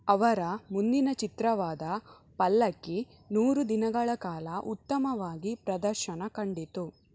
ಅವರ ಮುಂದಿನ ಚಿತ್ರವಾದ ಪಲ್ಲಕ್ಕಿ ನೂರು ದಿನಗಳ ಕಾಲ ಉತ್ತಮವಾಗಿ ಪ್ರದರ್ಶನ ಕಂಡಿತು